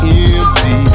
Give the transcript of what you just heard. empty